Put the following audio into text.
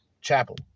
Chapel